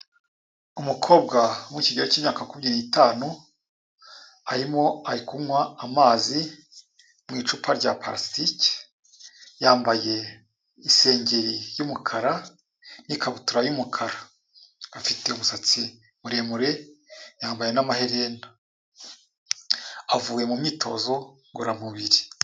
Umukobwa uri mu kigero cy'imyaka makumyabiri n'itanu, ari kunywa amazi mu icupa rya purasitike, yambaye isengeri y'umukara, n'ikabutura y'umukara, afite umusatsi muremure, yambaye n'amaherena, avuye mu myitozo ngororamubiri.